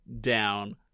down